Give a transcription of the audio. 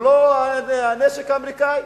ללא הנשק האמריקני.